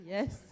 Yes